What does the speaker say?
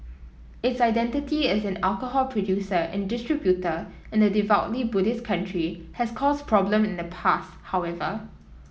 its identity as an alcohol producer and distributor in a devoutly Buddhist country has caused problems in the past however